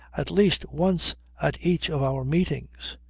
at least once at each of our meetings.